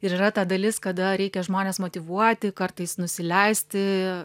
ir yra ta dalis kada reikia žmones motyvuoti kartais nusileisti